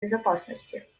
безопасности